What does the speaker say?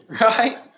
right